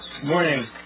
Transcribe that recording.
Morning